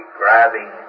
grabbing